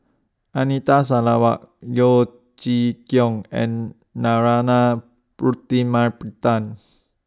Anita Sarawak Yeo Chee Kiong and Narana